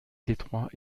détroit